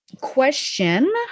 question